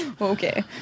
Okay